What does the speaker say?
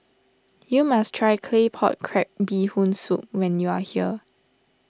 you must try Claypot Crab Bee Hoon Soup when you are here